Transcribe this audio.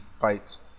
fights